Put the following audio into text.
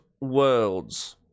worlds